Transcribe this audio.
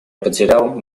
потерял